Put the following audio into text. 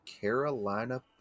Carolina